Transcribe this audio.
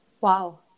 Wow